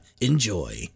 Enjoy